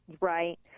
Right